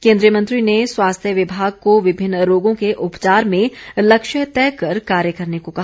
केंद्रीय मंत्री ने स्वास्थ्य विभाग को विभिन्न रोगों के उपचार में लक्ष्य तय कर कार्य करने को कहा